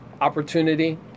opportunity